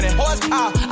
horsepower